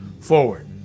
forward